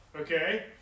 Okay